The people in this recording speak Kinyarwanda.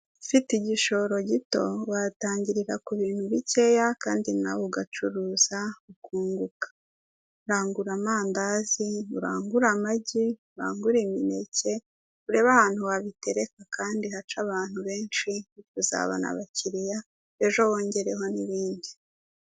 Ufite igishoro gito watangirira ku bintu bikeya kandi nawe ugacuruza ukunguka; rangura amandazi, urangure amagi, urangure imineke, urebe ahantu wabitereka kandi haca abantu benshi uzabona abakiriya ejo wongereho n'ibindi.